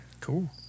cool